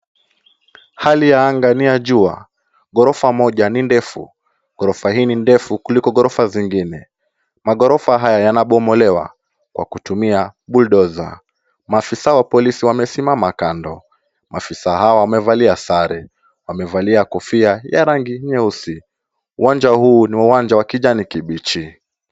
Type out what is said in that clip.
Hali ya anga ni ya jua. Ghorofa moja ni ndefu. Ghorofa hii ni ndefu kuliko ghorofa zingine. Maghorofa haya yanabomolewa kwa kutumia bulldozer. Maafisa wa polisi wamesimama kando. Maafisa hawa wamevalia sare. Wamevalia kofia ya rangi nyeusi. Uwanja huu ni uwanja wa kijani kibichi.